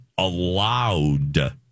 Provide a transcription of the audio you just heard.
allowed